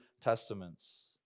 Testaments